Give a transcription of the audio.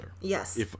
Yes